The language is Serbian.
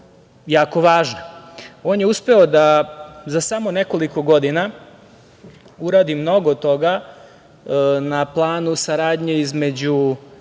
jako važna. On je uspeo da za samo nekoliko godina uradi mnogo toga na planu saradnje između